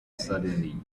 suddenly